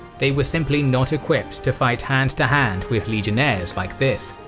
they were simply not equipped to fight hand to hand with legionnaires like this.